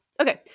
Okay